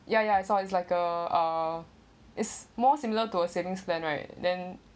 ya ya so is like a uh is more similar to a savings plan right then